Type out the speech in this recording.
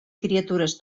criatures